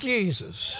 Jesus